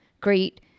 great